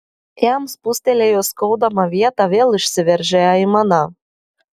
jam spustelėjus skaudamą vietą vėl išsiveržė aimana